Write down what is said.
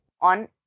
on